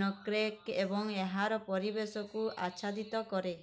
ନୋକ୍ରେକ୍ ଏବଂ ଏହାର ପରିବେଶକୁ ଆଚ୍ଛାଦିତ କରେ